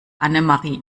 annemarie